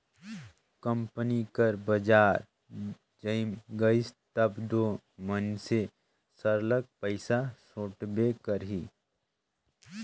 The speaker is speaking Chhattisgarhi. कंपनी कर बजार जइम गइस तब दो मइनसे सरलग पइसा सोंटबे करही